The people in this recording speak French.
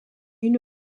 une